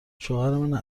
شوهرمن